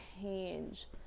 change